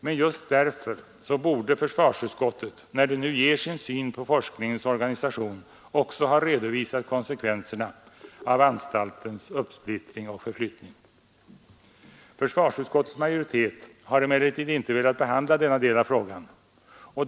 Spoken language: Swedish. Men just därför borde försvarsutskottet, när det nu ger sin syn på forskningens organisation, också ha redovisat konsekvenserna av anstaltens uppsplittring och förflyttning. Försvarsutskottets majoritet har emellertid inte velat behandla denna del av frågan.